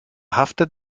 haftet